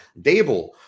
dable